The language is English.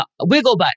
Wigglebutt